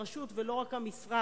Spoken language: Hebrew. כלומר הרשות, ולא רק המשרד,